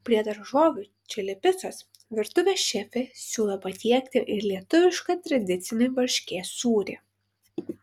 prie daržovių čili picos virtuvės šefė siūlo patiekti ir lietuvišką tradicinį varškės sūrį